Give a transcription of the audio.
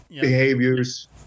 behaviors